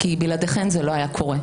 כי בלעדיכן זה לא היה קורה.